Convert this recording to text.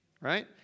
right